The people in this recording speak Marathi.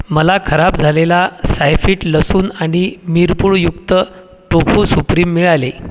मला खराब झालेला सायफिट लसूण आणि मिरपूडयुक्त टोफू सुप्रीम मिळाले